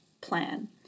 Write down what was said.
plan